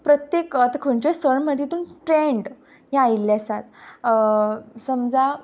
प्रत्येक आतां खंयचेय सण म्हणटा तितून ट्रेंड हे आयिल्ले आसात समजा